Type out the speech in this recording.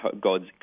God's